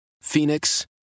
Phoenix